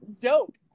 dope